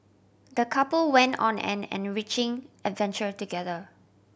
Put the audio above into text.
the couple went on an enriching adventure together